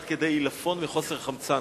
עד כדי עילפון וחוסר חמצן.